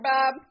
Bob